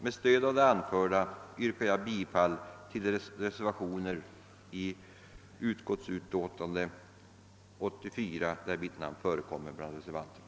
Med stöd av det anförda vill jag yrka bifall till de reservationer i statsutskottets utlåtande nr 84, där mitt namn finns med bland reservanterna.